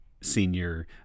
senior